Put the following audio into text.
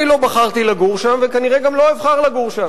אני לא בחרתי לגור שם, וכנראה גם לא אבחר לגור שם.